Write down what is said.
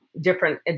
different